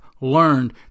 learned